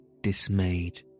dismayed